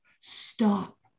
Stop